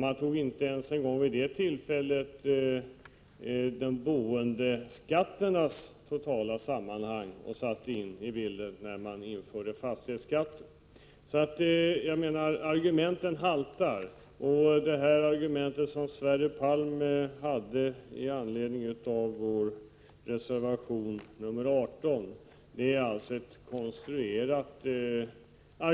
Man tog inte ens med den totala bostadsbeskattningen i bilden när fastighetsbeskattningen infördes. Argumentationen haltar alltså, och Sverre Palms argument i anledning av vpk:s reservation nr 18 är konstruerat och